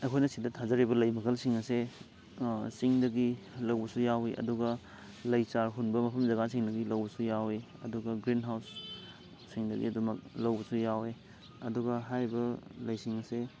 ꯑꯩꯈꯣꯏꯅ ꯁꯤꯗ ꯊꯥꯖꯔꯤꯕ ꯂꯩ ꯃꯈꯜꯁꯤꯡ ꯑꯁꯦ ꯆꯤꯡꯗꯒꯤ ꯂꯧꯕꯁꯨ ꯌꯥꯎꯋꯤ ꯑꯗꯨꯒ ꯂꯩ ꯆꯥꯔ ꯍꯨꯟꯕ ꯃꯐꯝ ꯖꯒꯥꯁꯤꯡꯗꯒꯤ ꯂꯧꯕꯁꯨ ꯌꯥꯎꯋꯤ ꯑꯗꯨꯒ ꯒ꯭ꯔꯤꯟ ꯍꯥꯎꯁ ꯁꯤꯡꯗꯒꯤ ꯑꯗꯨꯃꯛ ꯂꯧꯕꯁꯨ ꯌꯥꯎꯋꯤ ꯑꯗꯨꯒ ꯍꯥꯏꯔꯤꯕ ꯂꯩꯁꯤꯡꯑꯁꯦ